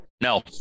No